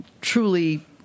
truly